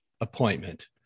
appointment